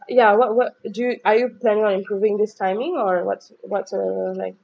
ya what what do you are you planning on improving this timing or what's whatsoever like